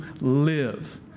live